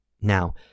Now